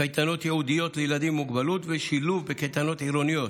קייטנות ייעודיות לילדים עם מוגבלות ושילוב בקייטנות עירוניות.